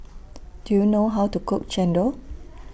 Do YOU know How to Cook Chendol